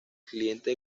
cliente